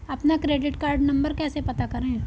अपना credit card number कैसे पता करें?